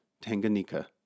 Tanganyika